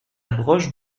broche